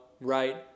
right